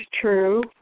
true